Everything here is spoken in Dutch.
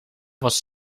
was